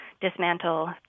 dismantle